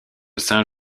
saint